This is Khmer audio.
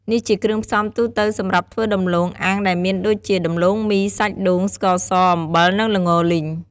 នេះជាគ្រឿងផ្សំទូទៅសម្រាប់ធ្វើដំឡូងអាំងដែលមានដូចជា ដំឡូងមី សាច់ដូង ស្ករស អំបិល និងល្ងលីង។